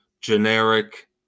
generic